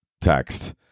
text